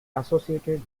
associated